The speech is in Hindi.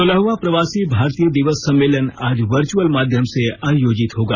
सोलहवां प्रवासी भारतीय दिवस सम्मेलन आज वर्च्यअल माध्यम से आयोजित होगा